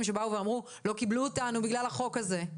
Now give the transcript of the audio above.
שבאו ואמרו שלא קיבלו אותם לעבודה בגלל החוק הזה.